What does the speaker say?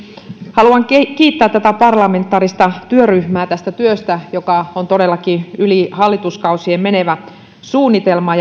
haluan kiittää tätä parlamentaarista työryhmää tästä työstä joka on todellakin yli hallituskausien menevä suunnitelma